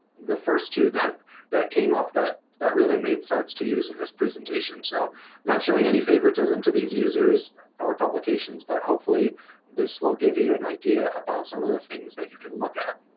the first two that that came up that that really made sense to use in this presentation, so not showing any favoritism to these users our publications but hopefully this will give you an idea about some of the things that you can look at.